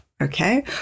okay